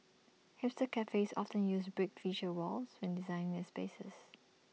hipster cafes often use brick feature walls when designing their spaces